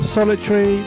Solitary